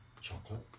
Chocolate